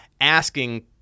asking